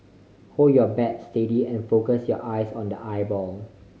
hold your bat steady and focus your eyes on the I ball